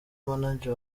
manager